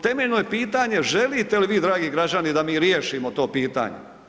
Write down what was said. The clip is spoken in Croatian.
Temeljno je pitanje želite li vi dragi građani da mi riješimo to pitanje?